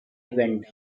went